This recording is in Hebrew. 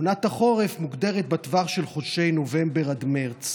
עונת החורף מוגדרת בטווח החודשים נובמבר עד מרץ.